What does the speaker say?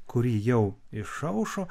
kuri jau išaušo